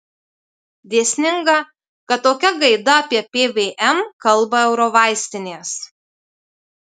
dėsninga kad tokia gaida apie pvm kalba eurovaistinės